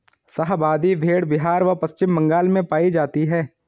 शाहाबादी भेड़ बिहार व पश्चिम बंगाल में पाई जाती हैं